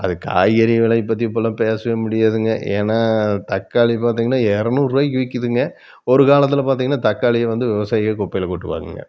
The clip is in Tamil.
அது காய்கறி விலையை பற்றி இப்போல்லாம் பேசவே முடியாதுங்கள் ஏன்னா தக்காளி பார்த்தீங்கன்னா இரநூறுவாய்க்கு விற்கிதுங்க ஒரு காலத்தில் பார்த்தீங்கன்னா தக்காளியை வந்து விவசாயிகள் குப்பையில் கொட்டுவாங்கங்க